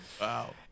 Wow